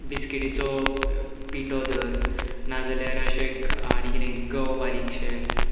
बिस्किटेचो पिटो धर नाजाल्यार अशे आनी किदें गंव बारीकशे